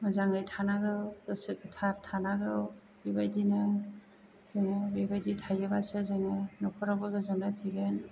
मोजाङै थानांगौ गोसो गोथार थानांगौ बेबायदिनो जोङो बेबायदि थायोबासो जोङो नखरावबो गोजोननाय फैगोन